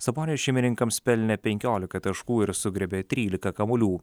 sabonis šeimininkams pelnė penkiolika taškų ir sugriebė trylika kamuolių